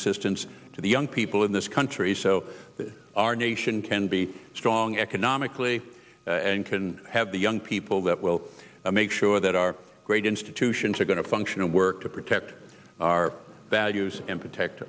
assistance to the young people in this country so that our nation can be strong economically and can have the young people that will make sure that our great institutions are going to function work to protect our values and protect